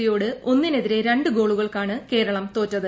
സിയോട് ഒന്നിനെതിരെ രണ്ട് ഗോളുകൾക്കാണ് കേരളം തോറ്റത്